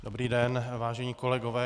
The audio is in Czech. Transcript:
Dobrý den, vážení kolegové.